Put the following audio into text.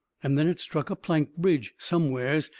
and then it struck a plank bridge somewheres,